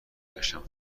میگشتم